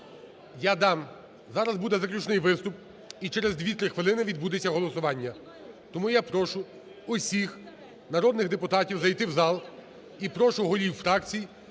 Я дам, зараз буде заключний виступ і через 2-3 хвилини відбудеться голосування. Тому я прошу усіх народних депутатів зайти в зал. І прошу голів фракцій